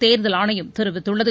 தேர்தல் ஆணையம் தெரிவித்துள்ளது